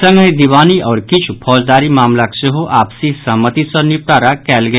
संगहि दिवानी आओर किछु फौजदारी मामिलाक सेहो आपसी सहमति सँ निपटारा कयल गेल